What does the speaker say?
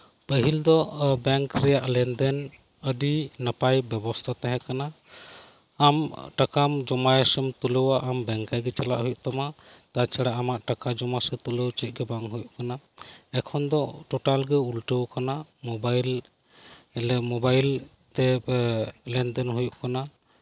ᱯᱟᱹᱦᱤᱞ ᱫᱚ ᱵᱮᱝᱠ ᱨᱮᱭᱟᱜ ᱞᱮᱱᱫᱮᱱ ᱟᱹᱰᱤ ᱱᱟᱯᱟᱭ ᱵᱮᱵᱚᱥᱛᱟ ᱛᱟᱸᱦᱮ ᱠᱟᱱᱟ ᱟᱢ ᱴᱟᱠᱟᱢ ᱡᱚᱢᱟᱭ ᱥᱮᱢ ᱛᱩᱞᱟᱹᱣᱟ ᱟᱢ ᱵᱮᱝᱠᱮᱜᱤ ᱪᱟᱞᱟᱜ ᱦᱩᱭᱩᱜ ᱛᱟᱢᱟ ᱛᱟᱪᱟᱲᱟ ᱟᱢᱟᱜ ᱴᱟᱠᱟ ᱡᱚᱢᱟ ᱥᱮ ᱛᱩᱞᱟᱹᱣ ᱪᱮᱫᱜᱮ ᱵᱟᱝ ᱦᱩᱭᱩᱜ ᱠᱟᱱᱟ ᱮᱠᱷᱚᱱ ᱫᱚ ᱴᱚᱴᱟᱞᱜᱤ ᱩᱞᱴᱟᱹᱣ ᱟᱠᱟᱱᱟ ᱢᱚᱵᱟᱭᱤᱞ ᱢᱚᱵᱟᱭᱤᱞ ᱵᱚᱞᱮ ᱢᱚᱵᱟᱭᱤᱞᱛᱮ ᱞᱮᱱᱫᱮᱱ ᱦᱩᱭᱩᱜ ᱠᱟᱱᱟ